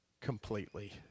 completely